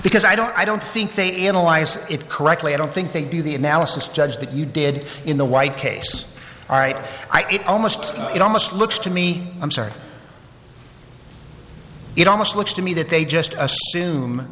because i don't i don't think they in elias it correctly i don't think they do the analysis judge that you did in the white case all right i it almost it almost looks to me i'm sorry it almost looks to me that they just assume